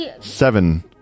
seven